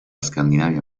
scandinavia